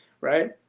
right